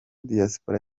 diaspora